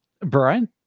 Brian